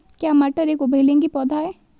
क्या मटर एक उभयलिंगी पौधा है?